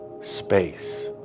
space